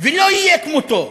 ולא יהיה כמותו,